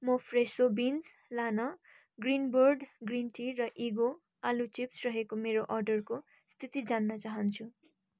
म Fresho beans लाना Greenbird green tea र इगो आलु चिप्स रहेको मेरो अर्डरको स्थिति जान्न चाहन्छु